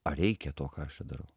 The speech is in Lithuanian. ar reikia to ką aš čia darau